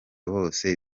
bose